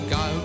go